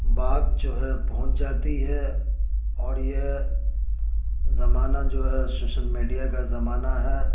بات جو ہے پہنچ جاتی ہے اور یہ زمانہ جو ہے سوشل میڈیا کا زمانہ ہے